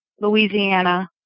Louisiana